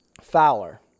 Fowler